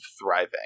thriving